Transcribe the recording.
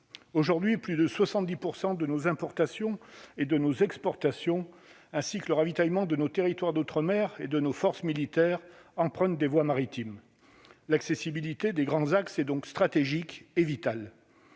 aujourd'hui plus de 70 % de nos importations et de nos exportations, ainsi que le ravitaillement de nos territoires d'Outre-Mer et de nos forces militaires empruntent des voies maritimes, l'accessibilité des grands axes et donc stratégique et vital